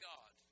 God